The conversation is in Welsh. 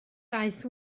daeth